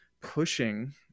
pushing